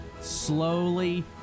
slowly